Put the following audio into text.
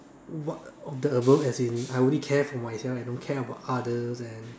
what of the above as in I only care for myself and don't care about others and